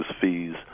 fees